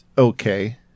okay